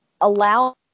allow